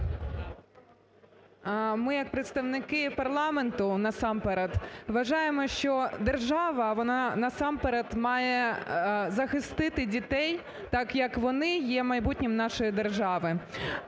Ми як представники парламенту насамперед, вважаємо, що держава, вона насамперед має захистити дітей, так як вони є майбутнім нашої держави.